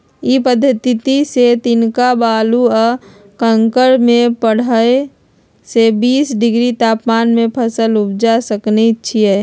इ पद्धतिसे तनका बालू आ कंकरमें पंडह से बीस डिग्री तापमान में फसल उपजा सकइछि